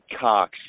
Cox